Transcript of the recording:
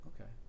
Okay